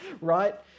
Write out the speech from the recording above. right